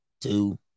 two